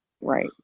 Right